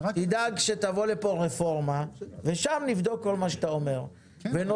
תדאג שתבוא לכאן רפורמה ושם נבדוק כל מה שאתה אומר ונוזיל